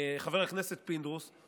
חבר הכנסת פינדרוס,